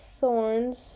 thorns